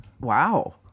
Wow